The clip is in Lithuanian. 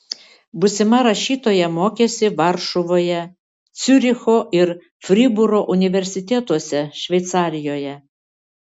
būsima rašytoja mokėsi varšuvoje ciuricho ir fribūro universitetuose šveicarijoje